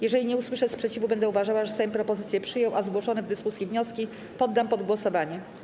Jeżeli nie usłyszę sprzeciwu, będę uważała, że Sejm propozycję przyjął, a zgłoszone w dyskusji wnioski poddam pod głosowanie.